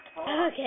Okay